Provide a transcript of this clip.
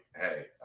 hey